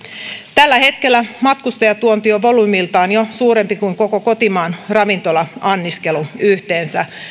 tällä hetkellä matkustajatuonti on volyymiltaan jo suurempi kuin koko kotimaan ravintola anniskelu yhteensä